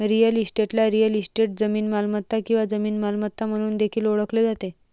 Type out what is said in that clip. real इस्टेटला real estate, जमीन मालमत्ता किंवा जमीन मालमत्ता म्हणून देखील ओळखले जाते